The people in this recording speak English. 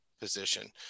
position